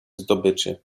zdobyczy